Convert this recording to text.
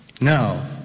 Now